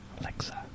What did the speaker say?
Alexa